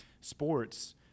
sports